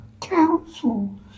councils